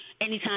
anytime